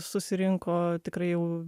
susirinko tikrai jau